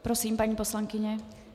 Prosím, paní poslankyně.